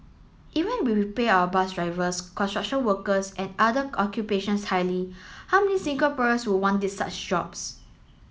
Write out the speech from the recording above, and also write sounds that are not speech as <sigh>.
even <unintelligible> we paid our bus drivers construction workers and other occupations highly how many Singaporeans would want such jobs